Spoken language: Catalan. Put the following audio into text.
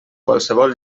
qualsevol